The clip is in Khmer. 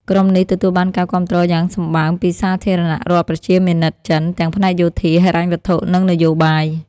ក្រុមនេះទទួលបានការគាំទ្រយ៉ាងសម្បើមពីសាធារណរដ្ឋប្រជាមានិតចិន ទាំងផ្នែកយោធា ហិរញ្ញវត្ថុ និងនយោបាយ។